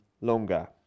longer